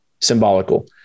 symbolical